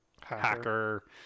hacker